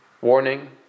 Warning